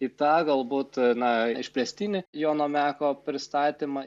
į tą galbūt na išplėstinį jono meko pristatymą